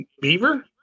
Beaver